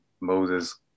Moses